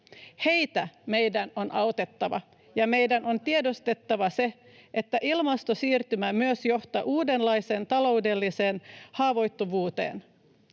Heitä meidän on autettava, ja meidän on tiedostettava se, että ilmastosiirtymä myös johtaa uudenlaiseen taloudelliseen haavoittuvuuteen.